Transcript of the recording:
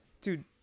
Dude